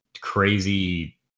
crazy